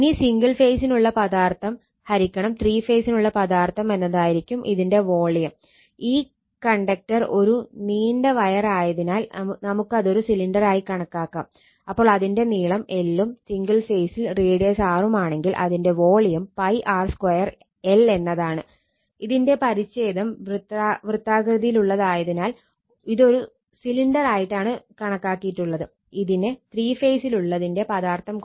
ഇനി സിംഗിൾ ഫേസിനുള്ള പദാർത്ഥം ഹരിക്കണം ത്രീ ഫേസിനുള്ള പദാർത്ഥം എന്നതായിരിക്കും ഇതിന്റെ വോളിയം എന്നതായിരിക്കും വോളിയം